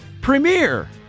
premiere